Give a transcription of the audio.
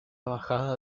bajada